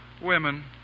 Women